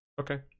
Okay